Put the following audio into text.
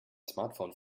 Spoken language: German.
smartphone